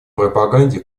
пропаганде